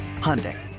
Hyundai